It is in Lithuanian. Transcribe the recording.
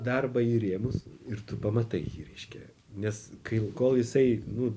darbą į rėmus ir tu pamatai jį reiškia nes kai kol jisai nu